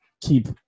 Keep